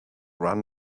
run